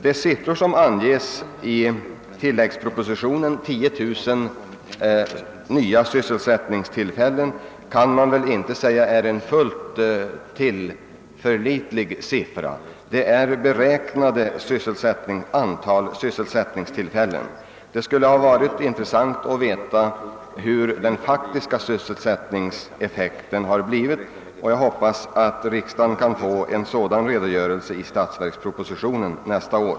Den siffra som angivits i tilläggspropositionen — 10 000 nya sysselsättningstillfällen — kan väl inte sägas vara fullt tillförlitlig, då det ju är fråga om det beräknade antalet sysselsättningstillfällen. Det skulle vara intressant att veta vilken den faktiska sysselsättningseffekten av lokaliseringsåtgärderna har blivit, och jag hoppas att vi kan få en redogörelse härför i nästa års statsverksproposition.